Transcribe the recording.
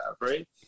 Right